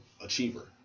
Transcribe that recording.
achiever